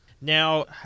now